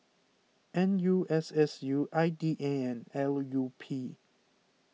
N U S S U I D A and L U P